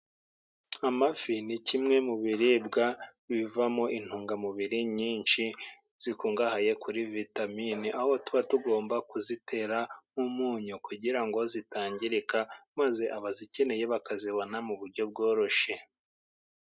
Amafi ni kimwe mu biribwa bivamo intungamubiri nyinshi zikungahaye kuri vitamine, aho tuba tugomba kuzitera nk'umunyu kugira ngo zitangirika, maze abazikeneye bakazibona mu buryo bworoshye.